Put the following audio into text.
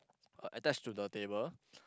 uh attached to the table